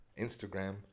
instagram